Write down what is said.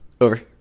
over